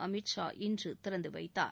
அமித் ஷா இன்று திறந்து வைத்தார்